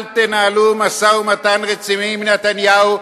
אל תנהלו משא-ומתן רציני עם נתניהו,